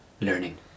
learning